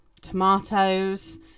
tomatoes